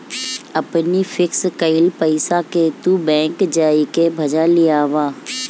अपनी फिक्स कईल पईसा के तू बैंक जाई के भजा लियावअ